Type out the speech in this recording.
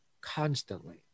constantly